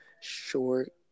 short